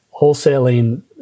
wholesaling